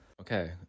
Okay